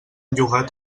llogat